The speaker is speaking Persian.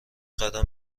قدم